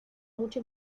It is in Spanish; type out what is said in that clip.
mucha